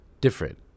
different